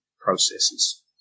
processes